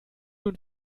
und